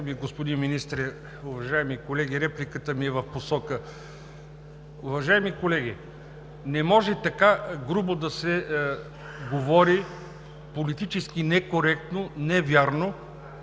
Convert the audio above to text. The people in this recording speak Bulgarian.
господин Министър, уважаеми колеги! Репликата ми е в посока – уважаеми колеги, не може така грубо да се говори, политически некоректно, невярно